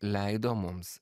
leido mums